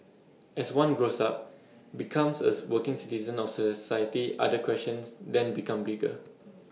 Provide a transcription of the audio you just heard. as one grows up becomes A working citizen of society other questions then become bigger